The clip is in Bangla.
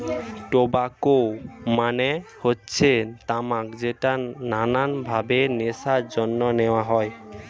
টোবাকো মানে হচ্ছে তামাক যেটা নানান ভাবে নেশার জন্য নেওয়া হয়